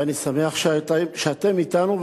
ואני שמח שאתם אתנו,